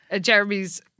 Jeremy's